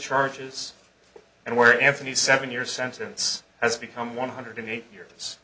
charges and where anthony seven year sentence has become one hundred eight years